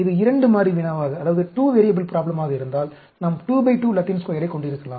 இது 2 மாறி வினாவாக இருந்தால் நாம் 2 பை 2 லத்தீன் ஸ்கொயரைக் கொண்டிருக்கலாம்